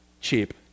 cheap